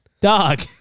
dog